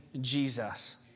Jesus